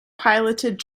piloted